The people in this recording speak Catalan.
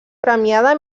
premiada